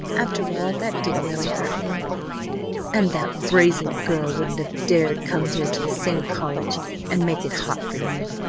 after all, that didn't really hurt me and that brazen girl wouldn't have dared come here to the same college and make it hot for you!